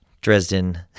Dresden